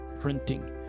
printing